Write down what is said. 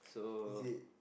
is it